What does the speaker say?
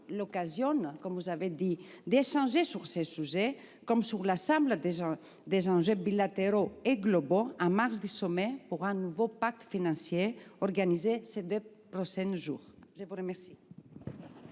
l'occasion, comme vous l'avez dit, d'échanger sur ce sujet comme sur l'ensemble des enjeux bilatéraux et globaux en marge du Sommet pour un nouveau pacte financier mondial organisé ces deux prochains jours. La parole